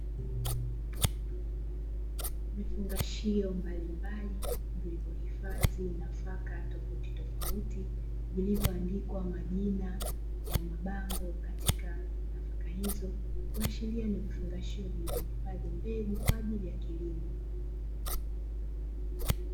Vifungashio mbalimbali vilivyohifadhi nafaka tofautitofauti, vilivyoandikwa majina ya mabango katika nafaka hizo, kuashiria ni vifungashio vilivyohifadhi mbegu kwa ajili ya kilimo.